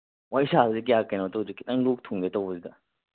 ꯋꯥꯔꯤ ꯁꯥꯕꯁꯤ ꯀꯌꯥ ꯀꯩꯅꯣ ꯇꯧꯗꯦ ꯈꯤꯇꯪ ꯂꯣꯛ ꯊꯨꯡꯒꯦ ꯇꯧꯕꯁꯤꯗ